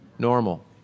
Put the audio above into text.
normal